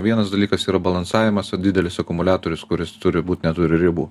vienas dalykas yra balansavimas o didelis akumuliatorius kuris turi būt neturi ribų